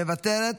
מוותרת,